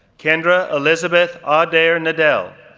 kendra elizabeth ah adair nedell,